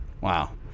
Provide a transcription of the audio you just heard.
Wow